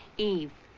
eve.